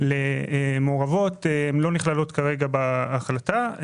לא נכללות כרגע בהחלטה.